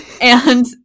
and-